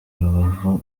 rubavu